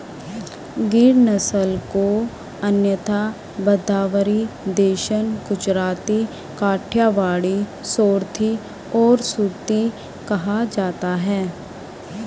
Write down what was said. गिर नस्ल को अन्यथा भदावरी, देसन, गुजराती, काठियावाड़ी, सोरथी और सुरती कहा जाता है